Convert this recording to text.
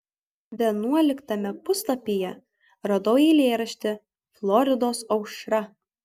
vienuoliktame puslapyje radau eilėraštį floridos aušra